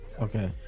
Okay